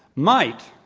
might